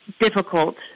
difficult